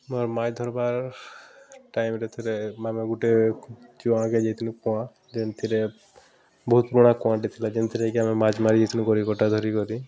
ଆମର୍ ମାଛ୍ ଧର୍ବାର୍ ଟାଇମ୍ରେ ଥରେ ଆମେ ଗୁଟେ ଚୁଆଁକେ ଯାଇଥିଲୁ କୂଆଁ ଯେନ୍ଥିରେ ବହୁତ୍ ପୁରୁଣା କୂଆଁଟି ଥିଲା ଯେନ୍ଥିରେ କି ଆମେ ମାଛ ମାରି ଯାଇଥିଲୁ ଗରିକଟା ଧରିକରି